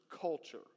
culture